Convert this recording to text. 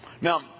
Now